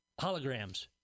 holograms